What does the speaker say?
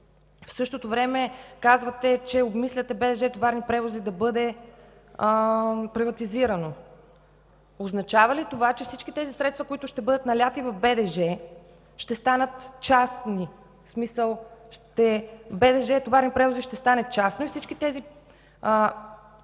в същото време казвате, че обмисляте БДЖ „Товарни превози” да бъде приватизирано. Означава ли това, че всички тези средства, които ще бъдат налети в БДЖ, ще станат частни, в смисъл БДЖ „Товарни превози” ще стане частно и всички тези държавни